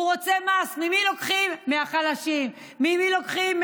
הוא רוצה מס, ממי לוקחים?